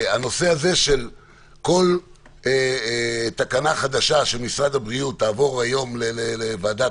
הנושא הזה שכל תקנה חדשה של משרד הבריאות תעבור היום לוועדה,